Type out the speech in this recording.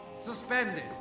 suspended